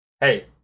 hey